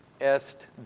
est